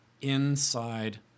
inside